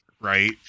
right